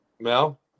Mel